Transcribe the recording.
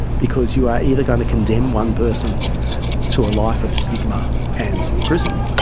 because you are either going to condemn one person to a life of stigma and prison,